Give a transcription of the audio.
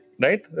right